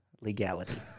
legality